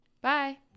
Bye